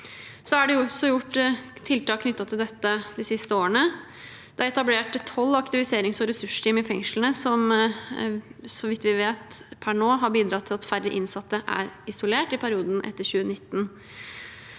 Det er også gjort tiltak knyttet til dette de siste årene. Det er etablert tolv aktiviserings- og ressursteam i fengslene, som, så vidt vi vet per nå, har bidratt til at færre innsatte har vært isolert i perioden etter 2019.